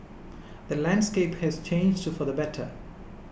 the landscape has changed for the better